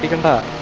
and